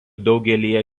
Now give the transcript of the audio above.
daugelyje